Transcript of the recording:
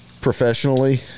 professionally